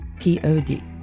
P-O-D